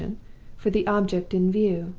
for the object in view.